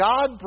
God